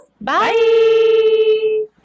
Bye